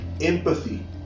empathy